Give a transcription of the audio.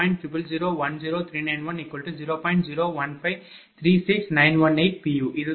u இதுதான் மதிப்பு